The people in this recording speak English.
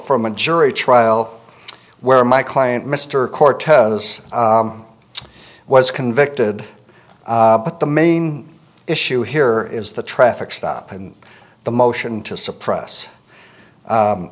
from a jury trial where my client mr cortez was convicted but the main issue here is the traffic stop and the motion to suppress